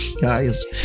guys